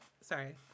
sorry